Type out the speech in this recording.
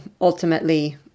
ultimately